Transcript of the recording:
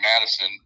Madison